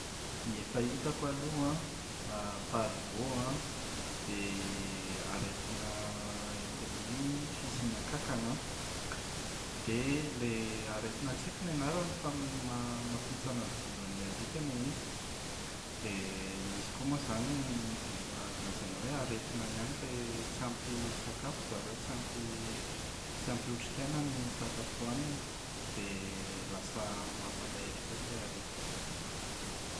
Ny efa hitako aloha an parvot an, dia aretina entina entin’ny fisiana kankana an dia ilay aretina tsy haiko ny anarany fa ma- mampihintsana ny volon’ilay alika ilay izy. Dia misy koa moa izany n- ny azo lazaina hoe aretina ihany ilay tsy ampy sakafo zareo, tsy ampy otrik’aina ny sakafo ohaniny dia lasa mampalahelo kely ilay alika.